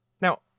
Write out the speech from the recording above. Now